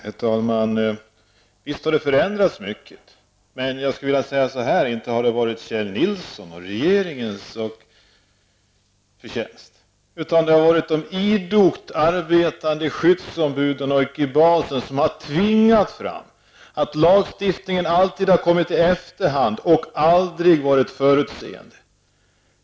Herr talman! Visst har mycket förändrats. Men det har inte varit Kjell Nilssons eller regeringens förtjänst, utan det har varit de idogt arbetande skyddsombudens. De har tvingat fram en lagstiftning som alltid har kommit i efterhand och aldrig varit förutseende.